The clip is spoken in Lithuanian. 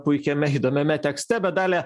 puikiame įdomiame tekste bet dalia